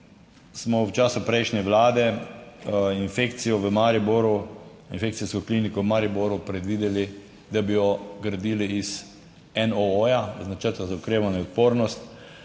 smo v času prejšnje vlade infekcijo v Mariboru, infekcijsko kliniko v Mariboru predvideli, da bi jo gradili iz NOO iz načrta za okrevanje in odpornost.